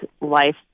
life